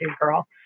girl